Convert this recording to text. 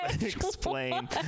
Explain